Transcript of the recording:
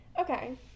Okay